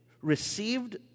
received